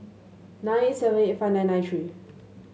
nine eight seven eight five nine nine three